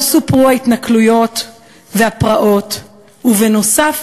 לא סופרו ההתנכלויות והפרעות, ובנוסף,